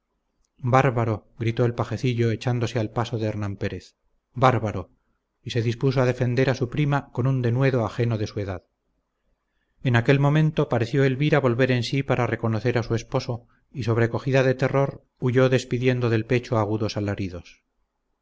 bárbaro gritó el pajecillo echándose al paso de hernán pérez bárbaro y se dispuso a defender a su prima con un denuedo ajeno de su edad en aquel momento pareció elvira volver en sí para reconocer a su esposo y sobrecogida de terror huyó despidiendo del pecho agudos alaridos